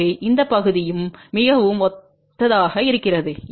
எனவே இந்த பகுதியும் மிகவும் ஒத்ததாக இருக்கிறது